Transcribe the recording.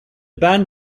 band